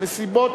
מסיבות